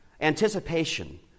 Anticipation